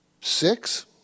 Six